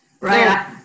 Right